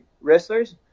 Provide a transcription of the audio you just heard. wrestlers